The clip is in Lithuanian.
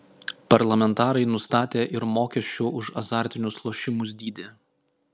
parlamentarai nustatė ir mokesčių už azartinius lošimus dydį